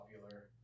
popular